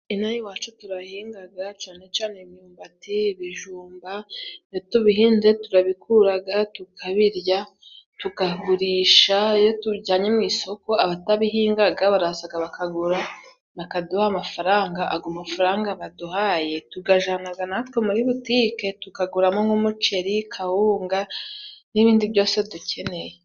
Ino iwacu turabahingaga cane cane imyumbati, ibijumba, iyo tubihinze, turabikuraga, tukabirya tukagurisha. Iyo tujyanye mu isoko abatabihingaga barazaga bakagura, bakaduha amafaranga, ago mafaranga baduhaye, tugajanaga natwe muri butike, tukaguramo nk'umuceri, kawunga n'ibindi byose dukeneye.